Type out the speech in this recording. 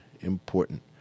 important